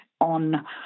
on –